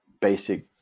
basic